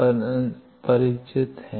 रोमांचक हैं